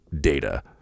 data